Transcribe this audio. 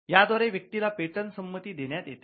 या द्वारे व्यक्तीला पेटंट संमती देण्यात येते